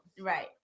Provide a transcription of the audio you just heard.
Right